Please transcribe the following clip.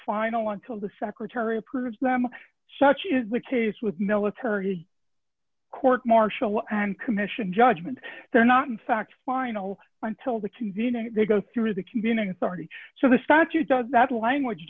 final until the secretary approves them such is the case with military court martial and commission judgment they're not in fact final until the convening they go through the convening authority so the statute does that language